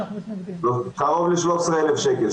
קרוב ל-13,000 שקלים.